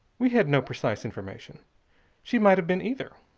we had no precise information she might have been either.